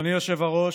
אדוני היושב-ראש,